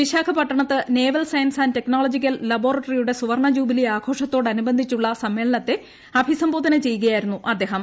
വിശാഖപട്ടണത്ത് naval science technological ലബോറട്ടറിയുടെ സുവർണ്ണ ജൂബിലി ആഘോഷത്തോട്ട്നുബന്ധിച്ചുള്ള സമ്മേളനത്തെ അഭിസംബോധന ചെയ്യുകയായിരുന്നു അദ്ദേഹം